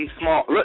small